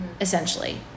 essentially